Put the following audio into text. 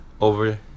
over